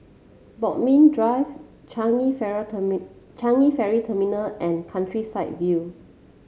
Bodmin Drive Changi Ferry Changi Ferry Terminal and Countryside View